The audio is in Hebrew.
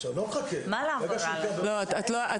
עכשיו, אני לא מחכה.